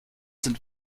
sind